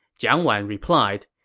jiang wan replied,